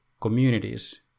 communities